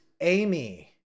Amy